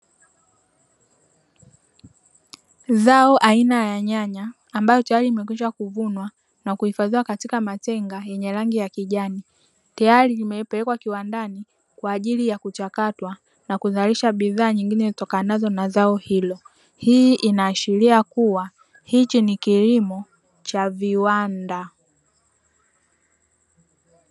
Zao aina ya nyanya ambalo tayari limekwisha kuvunwa na kuhifadhiwa katika matenga yenye rangi ya kijani, tayari yamepelekwa kiwandani kwa ajili ya kuchakatwa na kuzalisha bidhaa nyingine zitokanazo na zao hilo. Hii inaashiria kuwa, hichi ni kilimo cha viwanda.